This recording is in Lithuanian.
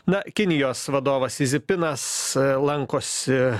na kinijos vadovas izipinas lankosi